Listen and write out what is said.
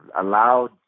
allowed